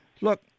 look